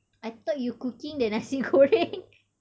I thought you cooking the nasi goreng